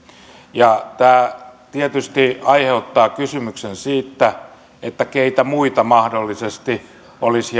ja tämä tietysti aiheuttaa kysymyksen siitä keitä muita mahdollisesti olisi